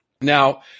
Now